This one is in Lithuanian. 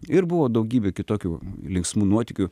ir buvo daugybė kitokių linksmų nuotykių